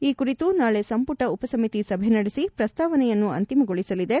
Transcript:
ಈ ಕುರಿತು ನಾಳೆ ಸಂಪುಟ ಉಪಸಮಿತಿ ಸಭೆ ನಡೆಸಿ ಪ್ರಸ್ತಾವನೆಯನ್ನು ಅಂತಿಮಗೊಳಿಸಲಿದೆ